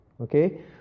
okay